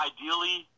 Ideally